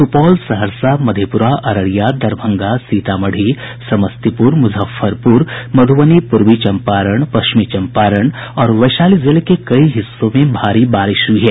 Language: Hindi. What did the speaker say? सुपौल सहरसा मधेपुरा अररिया दरभंगा सीतामढ़ी समस्तीपुर मुजफ्फरपुर मधुबनी पूर्वी चम्पारण पश्चिमी चम्पारण और वैशाली जिले के कई हिस्सों में भारी बारिश हुई है